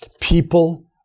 People